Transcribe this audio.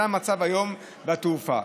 זה המצב היום בתעופה.